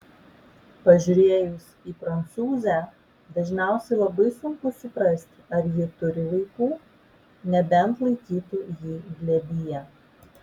pažiūrėjus į prancūzę dažniausiai labai sunku suprasti ar ji turi vaikų nebent laikytų jį glėbyje